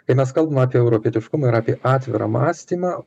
kai mes kalbam apie europietiškumą ir apie atvirą mąstymą